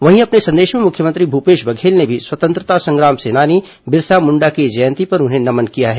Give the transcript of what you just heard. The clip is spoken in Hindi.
वहीं अपने संदेश में मुख्यमंत्री भूपेश बघेल ने भी स्वतंत्रता संग्राम सेनानी बिरसा मुंडा की जयंती पर उन्हें नमन किया है